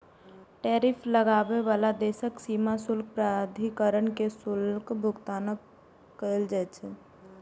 tariff लगाबै बला देशक सीमा शुल्क प्राधिकरण कें शुल्कक भुगतान कैल जाइ छै